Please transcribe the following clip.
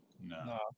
No